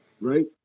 Right